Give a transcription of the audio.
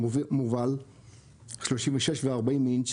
מובל 36 ו-40 אינץ',